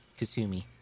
Kasumi